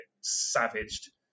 savaged